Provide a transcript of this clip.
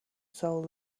soul